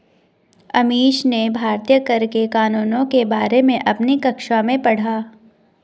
अमीश ने भारतीय कर के कानूनों के बारे में अपनी कक्षा में पढ़ा